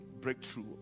breakthrough